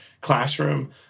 classroom